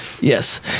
Yes